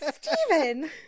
Steven